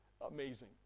Amazing